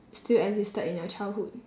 still existed in your childhood